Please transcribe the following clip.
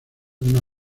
una